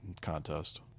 contest